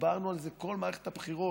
דיברנו על זה כל מערכת הבחירות,